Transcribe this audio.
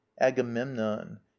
Agamemnon